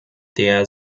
der